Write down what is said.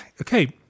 Okay